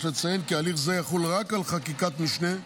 יש לציין כי הליך זה יחול רק על חקיקת משנה,